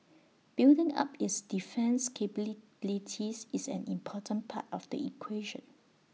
building up its defence is an important part of the equation